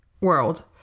world